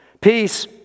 Peace